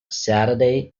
saturday